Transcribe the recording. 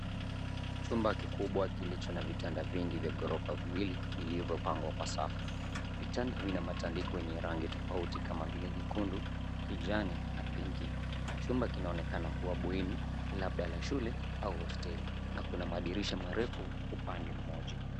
Chumba kikubwa kilicho na vitanda vingi vyo gorofa viwili vilizopangwa kwa safu. Vitanda vina matandiko yenye rangi tofauti kama vile nyekundu, kijani na pinki. Chumba kinaonekana kuwa bweni, labda la shule au hosteli na kuna madirisha marefu upande moja.